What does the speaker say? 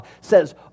says